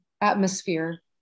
atmosphere